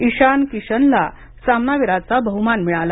ईशान किशनला सामनावीराचा बहुमान मिळाला